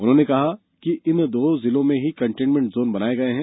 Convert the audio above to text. उन्होंने कहा इन दो जिलों में ही कंटेनमेण्ट जोन बनाये गये हैं